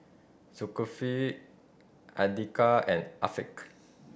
Zulkifli Andika and Afiq